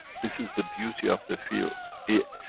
this is the beauty of the field. it.